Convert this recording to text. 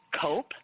cope